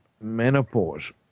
menopause